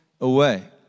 away